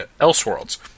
Elseworlds